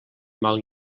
mal